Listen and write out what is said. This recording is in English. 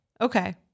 Okay